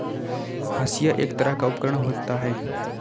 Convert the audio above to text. हंसिआ एक तरह का उपकरण होता है